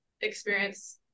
experience